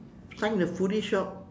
sign the foody shop